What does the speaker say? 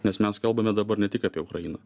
nes mes kalbame dabar ne tik apie ukrainą